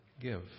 give